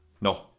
No